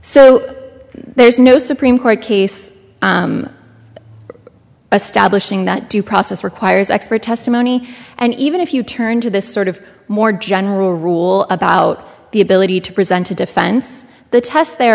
so there's no supreme court case stablish ing that due process requires expert testimony and even if you turn to this sort of more general rule about the ability to present a defense the test they